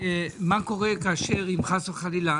מה קורה אם, חלילה.